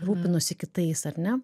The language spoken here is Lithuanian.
rūpinuosi kitais ar ne